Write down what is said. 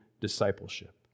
discipleship